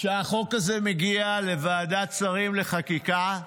שהחוק הזה מגיע לוועדת שרים לחקיקה,